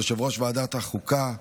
יושב-ראש ועדת החוקה,